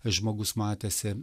žmogus matėsi